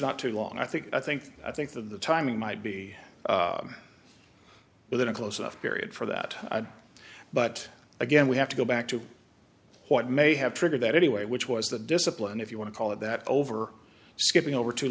not too long i think i think i think the timing might be within a close enough period for that but again we have to go back to what may have triggered that anyway which was the discipline if you want to call it that over skipping over two